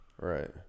right